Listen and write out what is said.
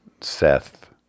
Seth